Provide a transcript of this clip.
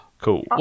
cool